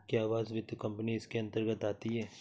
क्या आवास वित्त कंपनी इसके अन्तर्गत आती है?